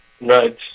Right